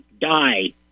Die